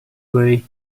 way